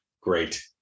Great